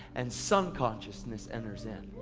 and son consciousness enters in.